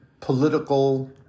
political